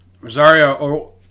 Rosario